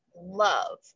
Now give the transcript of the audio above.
love